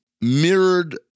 mirrored